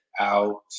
out